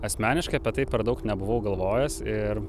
asmeniškai apie tai per daug nebuvau galvojęs ir